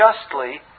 justly